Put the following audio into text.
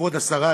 כבוד השרה,